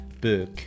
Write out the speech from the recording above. book